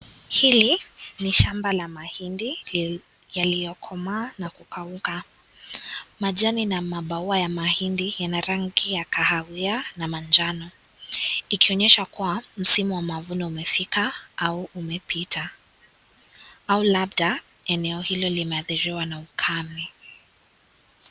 Hili ni shamba la mahindi yaliyokomaa na kukauka, majani na mabaua ya mahindi yana rangi ya kahawia na manjano ikionyesha kuwa msimu wa mavuno umefika au umepita au labda eneo hilo limeathiriwa na ukame.